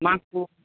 మాకు